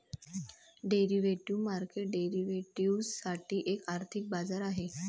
derivative market derivatives साठी एक आर्थिक बाजार आहे